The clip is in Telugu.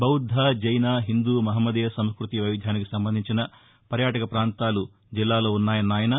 బౌద్ద జైన హిందూ మహమ్మదీయ సంస్భృతీ వైవిధ్యానికి సంబంధించిన పర్యాటక ప్రాంతాలు జిల్లాలో ఉన్నాయన్న ఆయన